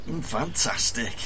Fantastic